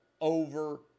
over